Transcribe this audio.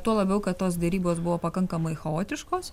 tuo labiau kad tos derybos buvo pakankamai chaotiškos